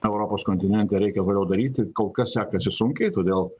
europos kontinente reikia toliau daryti kol kas sekasi sunkiai todėl